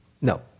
No